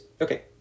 okay